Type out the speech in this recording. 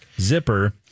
Zipper